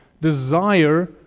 desire